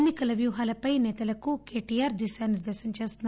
ఎన్నికల వ్యూహాలపై నేతలకు కేటీఆర్ దిశానిర్దేశం చేస్తున్నారు